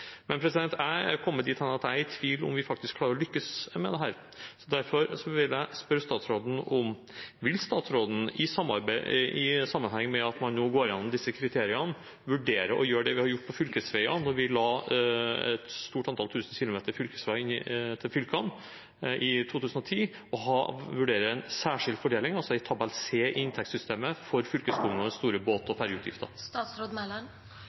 Jeg har kommet dithen at jeg er i tvil om vi faktisk klarer å lykkes med dette. Derfor vil jeg spørre statsråden: Vil statsråden, i sammenheng med at man nå går gjennom disse kriteriene, vurdere å gjøre det vi gjorde på fylkesveiene da vi la et stort antall tusen kilometer fylkesveier til fylkene i 2010, og vurdere en særskilt fordeling, altså i tabell C i inntektssystemet, for fylkeskommunenes store båt-